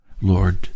Lord